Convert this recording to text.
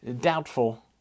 Doubtful